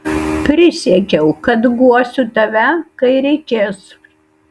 prisiekiau kad guosiu tave kai reikės